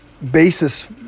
basis